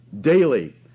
daily